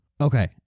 Okay